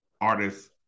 artists